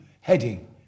heading